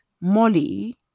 Molly